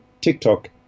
TikTok